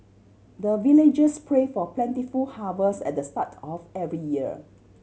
the villagers pray for plentiful harvest at the start of every year